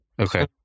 Okay